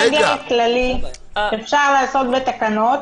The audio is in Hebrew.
סגר כללי אפשר לעשות בתקנות,